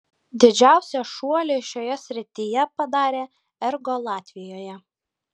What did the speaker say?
didžiausią šuolį šioje srityje padarė ergo latvijoje